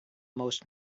most